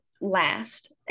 last